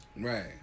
Right